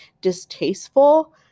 distasteful